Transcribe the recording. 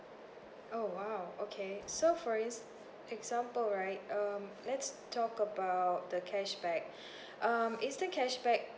oh !wow! okay so for in~ example right um let's talk about the cashback um is the cashback